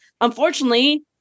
unfortunately